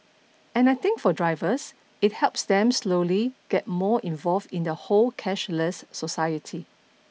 and I think for drivers it helps them slowly get more involved in the whole cashless society